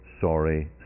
sorry